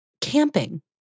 camping